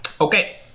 Okay